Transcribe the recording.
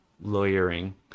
lawyering